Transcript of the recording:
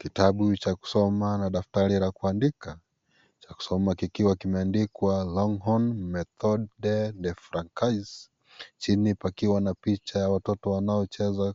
Kitabu cha kusoma na daftari la kuandika. Cha kusoma kikiwa kimeandikwa Longhorn Methode Lefragais. Chini pakiwa na picha ya watoto wanao cheza